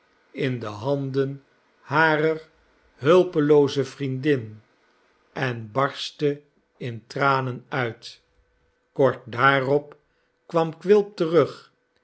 in de handen harer hulpelooze vriendin en barstte in tranen uit kort daarop kwam quilp terug